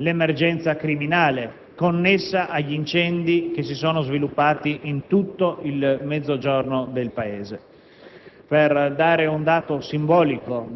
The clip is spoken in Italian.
l'emergenza criminale connessa agli incendi che si sono sviluppati in tutto il Mezzogiorno del Paese. Per dare un dato simbolico